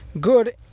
good